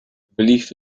relief